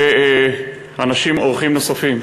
ואנשים אורחים נוספים,